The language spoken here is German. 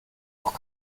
noch